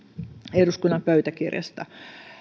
eduskunnan pöytäkirjasta